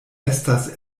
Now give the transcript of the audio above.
estas